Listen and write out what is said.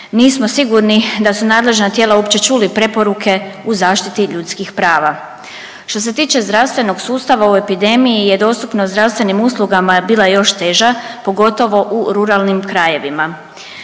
nismo sigurni da su nadležna tijela uopće čuli preporuke u zaštiti ljudskih prava. Što se tiče zdravstvenog sustava u epidemiji je dostupnost zdravstvenim usluga bila još teža pogotovo u ruralnim krajevima.